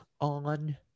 on